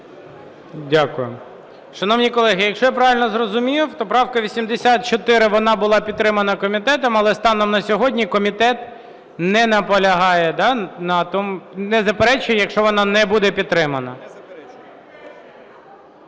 Дякую. Шановні колеги, якщо я правильно зрозумів, то правка 84, вона була підтримана комітетом, але станом на сьогодні комітет не наполягає, не заперечує, якщо вона не буде підтримана.